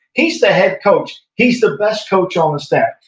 he's the head coach. he's the best coach on the stands.